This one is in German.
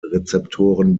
rezeptoren